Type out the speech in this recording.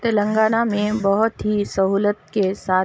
تلنگانہ میں بہت ہی سہولت کے ساتھ